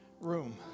room